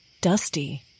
dusty